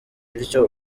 bityo